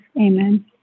Amen